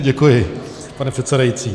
Děkuji, pane předsedající.